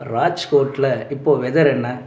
ராஜ்கோடில் இப்போ வெதர் என்ன